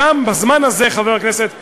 שם, בזמן הזה, חבר הכנסת בהלול,